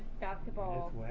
basketball